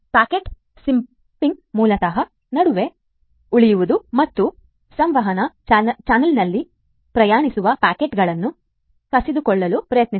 packet sniffing ಮೂಲತಃ ನಡುವೆ ಉಳಿಯುವುದು ಮತ್ತು ಸಂವಹನ ಚಾನಲ್ನಲ್ಲಿ ಪ್ರಯಾಣಿಸುವ ಪ್ಯಾಕೆಟ್ಗಳನ್ನು ಕಸಿದುಕೊಳ್ಳಲು ಪ್ರಯತ್ನಿಸುವುದು